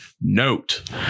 note